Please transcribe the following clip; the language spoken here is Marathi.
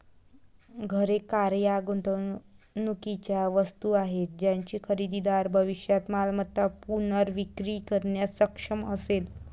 घरे, कार या गुंतवणुकीच्या वस्तू आहेत ज्याची खरेदीदार भविष्यात मालमत्ता पुनर्विक्री करण्यास सक्षम असेल